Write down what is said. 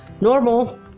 normal